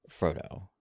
Frodo